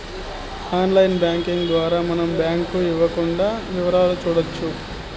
online banking ద్వారా మనం bank ఇవ్వకుండా వివరాలు చూసుకోవచ్చు